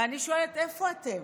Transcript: ואני שואלת, איפה אתם,